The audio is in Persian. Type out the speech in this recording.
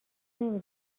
نمی